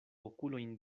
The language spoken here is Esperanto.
okulojn